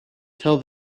tell